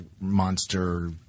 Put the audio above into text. monster